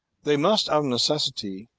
they must of necessity